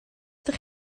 ydych